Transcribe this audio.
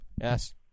yes